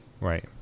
Right